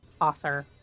author